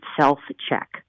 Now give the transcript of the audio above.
self-check